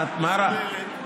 מה רע?